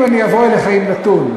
אם אני אבוא אליך עם נתון,